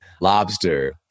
lobster